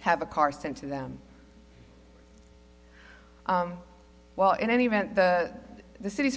have a car sent to them while in any event the the city